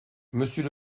monsieur